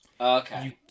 Okay